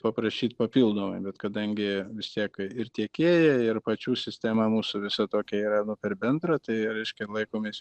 paprašyt papildomai bet kadangi vis tiek ir tiekėjai ir pačių sistema mūsų visa tokia yra nu per bendrą tai reiškia laikomės